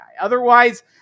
Otherwise